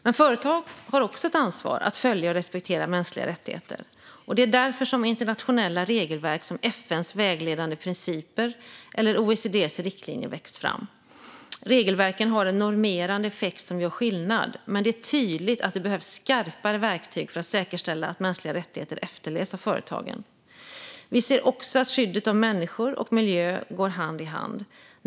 Men företag har också ett ansvar att följa och respektera mänskliga rättigheter. Det är därför som internationella regelverk, som FN:s vägledande principer eller OECD:s riktlinjer, växt fram. Regelverken har en normerande effekt som gör skillnad. Men det är tydligt att det behövs skarpare verktyg för att säkerställa att mänskliga rättigheter efterlevs av företagen. Vi ser också att skyddet av människor och miljö går hand i hand.